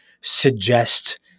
suggest